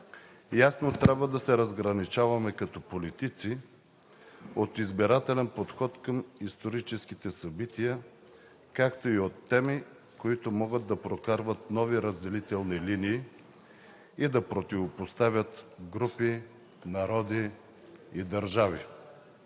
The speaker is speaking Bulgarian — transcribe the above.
ясно трябва да се разграничаваме като политици от избирателен подход към историческите събития, както и от теми, които могат да прокарват нови разделителни линии и да противопоставят групи, народи и държави.